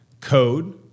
code